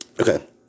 okay